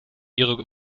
ihre